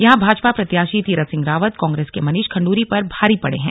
यहां भाजपा प्रत्याशी तीरथ सिंह रावत कांग्रेस के मनीष खंड्डी पर भारी पड़े हैं